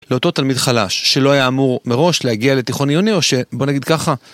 לאותו תלמיד חלש שלא היה אמור מראש להגיע לתיכון עיוני או שבוא נגיד ככה